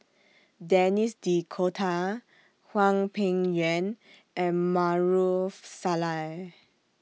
Denis D'Cotta Hwang Peng Yuan and Maarof Salleh